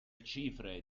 cifre